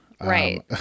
Right